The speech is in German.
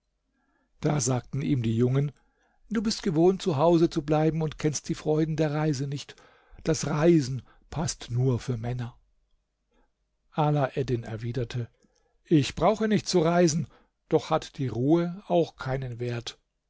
da sagten ihm die jungen du bist gewohnt zu hause zu bleiben und kennst die freuden der reise nicht das reisen paßt nur für männer ala eddin erwiderte ich brauche nicht zu reisen doch hat die ruhe auch keinen wert